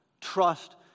Trust